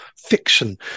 fiction